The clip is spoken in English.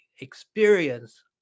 experience